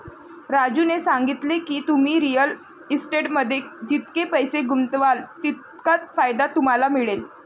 राजूने सांगितले की, तुम्ही रिअल इस्टेटमध्ये जितके पैसे गुंतवाल तितका फायदा तुम्हाला मिळेल